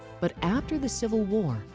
but after the civil war,